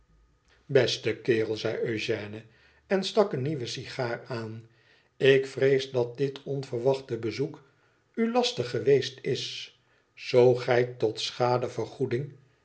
beste kerel zei eugène en stak eene nieuwesigaaraan ik vrees dat dit onverwachte bezoek u lastig geweest is zoo gij tot schadevergoeding